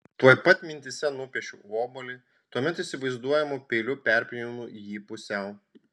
tuoj pat mintyse nupiešiu obuolį tuomet įsivaizduojamu peiliu perpjaunu jį pusiau